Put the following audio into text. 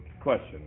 question